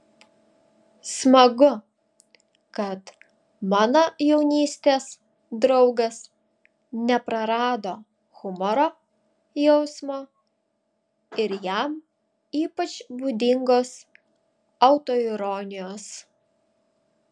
smagu kad mano jaunystės draugas neprarado humoro jausmo ir jam ypač būdingos autoironijos